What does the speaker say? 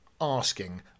asking